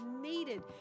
needed